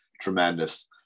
tremendous